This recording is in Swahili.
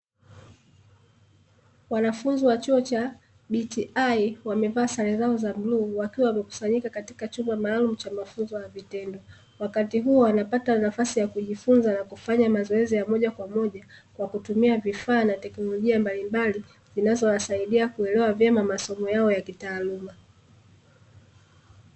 Waanafunzi wa chuo cha BTI wamevaa sare zao za bluu wakiwa wamekusanyika katika chumba maalumu cha mafunzo ya vitendo. Wakati huo wanapata nafasi ya kujifunza na kufanya mazoezi ya moja kwa moja kwa kutumia vifaa na teknolojia mbalimbali inazowasaidia kuelewa vyema masomo yao ya kitaaluma.